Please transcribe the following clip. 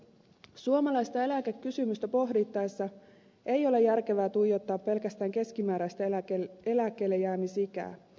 suomalaista eläkekysymystä pohdittaessa ei ole järkevää tuijottaa pelkästään keskimääräistä eläkkeellejäämisikää